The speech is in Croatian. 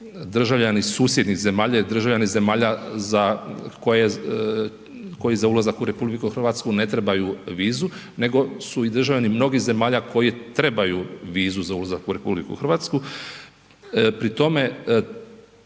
državljani susjednih zemalja i državljani zemalja za koje, koji za ulazak u RH ne trebaju vizu, nego su i državljani mnogih zemalja koji trebaju vizu za ulazak u RH. Pri tome,